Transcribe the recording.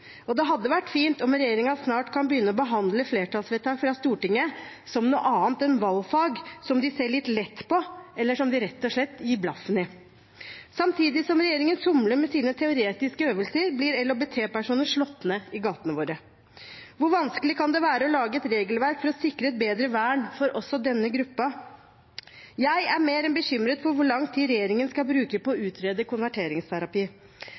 og det hadde vært fint om regjeringen snart kan begynne å behandle flertallsvedtak fra Stortinget som noe annet enn valgfag som de ser litt lett på, eller som de rett og slett gir blaffen i. Samtidig som regjeringen somler med sine teoretiske øvelser, blir LHBT-personer slått ned i gatene våre. Hvor vanskelig kan det være å lage et regelverk for å sikre et bedre vern for også denne gruppen? Jeg er mer enn bekymret for hvor lang tid regjeringen skal bruke på å utrede konverteringsterapi.